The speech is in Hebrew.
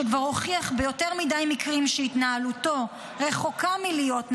שכבר הוכיח ביותר מדי מקרים שהתנהלותו רחוקה מלהיות ניטרלית,